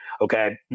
Okay